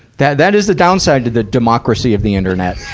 that, that is the downside to the democracy of the internet.